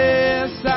Yes